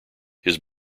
his